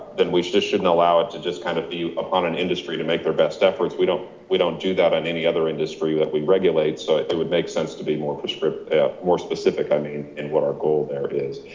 then we shouldn't shouldn't allow it to just kind of be upon an industry to make their best efforts. we don't we don't do that in any other industry that we regulate. so it it would make sense to be more specific, i mean, in what our goal there it is.